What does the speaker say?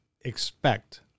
expect